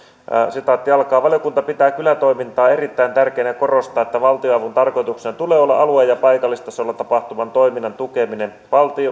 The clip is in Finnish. valiokunta pitää kylätoimintaa erittäin tärkeänä ja korostaa että valtionavun tarkoituksena tulee olla alue ja paikallistasolla tapahtuvan toiminnan tukeminen